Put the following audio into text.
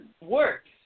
works